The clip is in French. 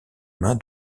main